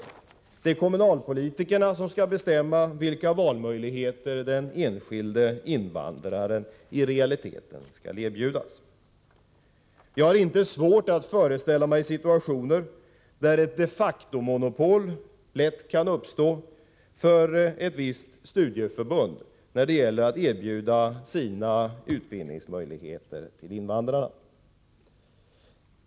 Det är kommunalpolitikerna som skall bestämma vilka valmöjligheter den enskilde invandraren i realiteten skall erbjudas. Jag har inte svårt att föreställa mig situationer där ett de facto-monopol lätt kan uppstå för ett visst studieförbund när det gäller att erbjuda sina utbildningstjänster till invandrarna.